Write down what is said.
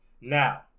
Now